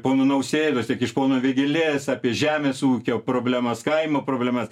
pono nausėdos tiek iš pono vegėlės apie žemės ūkio problemas kaimo problemas